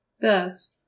Thus